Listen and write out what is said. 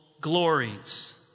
glories